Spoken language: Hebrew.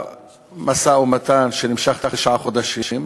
במשא-ומתן, שנמשך תשעה חודשים.